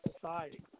society